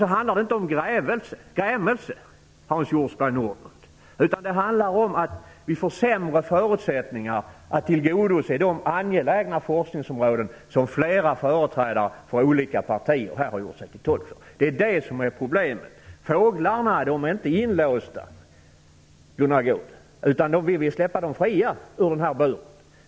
Det handlar alltså inte om grämelse, Hans Hjortzberg-Nordlund, utan det handlar om att vi får sämre förutsättningar att tillgodose de angelägna forskningsområden som flera företrädare för olika partier här har gjort sig till tolk för. Det är det som är problemet. Fåglarna är inte inlåsta, Gunnar Goude, utan dem vill vi släppa fria från buren.